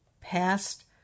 past